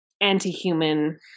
anti-human